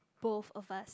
both of us